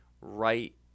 right